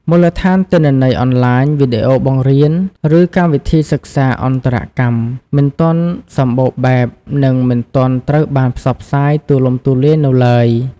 មូលដ្ឋានទិន្នន័យអនឡាញ វីដេអូបង្រៀន ឬកម្មវិធីសិក្សាអន្តរកម្ម មិនទាន់សម្បូរបែប និងមិនទាន់ត្រូវបានផ្សព្វផ្សាយទូលំទូលាយនៅឡើយ។